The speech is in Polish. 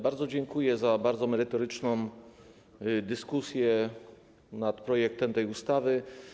Bardzo dziękuję za bardzo merytoryczną dyskusję nad projektem tej ustawy.